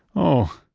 oh,